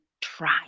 try